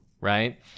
right